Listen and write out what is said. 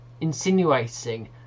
insinuating